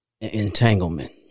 entanglement